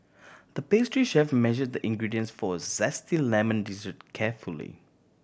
the pastry chef measured the ingredients for a zesty lemon dessert carefully